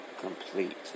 complete